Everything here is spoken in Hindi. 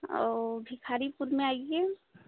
और भिखारीपुद में आइये